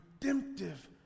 redemptive